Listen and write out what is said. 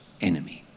enemy